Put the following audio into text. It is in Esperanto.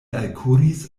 alkuris